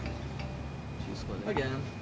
she's calling. again.